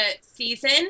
season